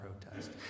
protest